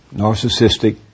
narcissistic